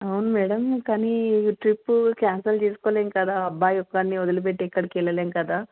అవును మేడమ్ కానీ trip cancel చేసుకోలేము కదా అబ్బాయి ఒక్కడిని వదిలిపెట్టి ఎక్కడికి వెళ్ళలేము కదా